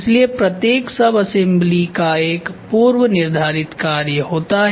इसलिए प्रत्येक सबअसेम्बली का एक पूर्वनिर्धारित कार्य होता है